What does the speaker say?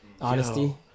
Honesty